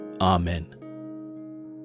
Amen